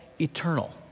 eternal